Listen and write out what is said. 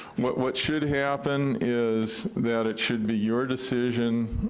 what what should happen is that it should be your decision,